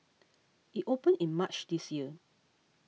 it opened in March this year